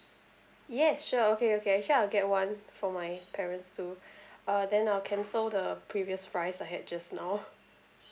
yes sure okay okay actually I'll get one for my parents too uh then I'll cancel the previous fries I had just now